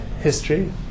history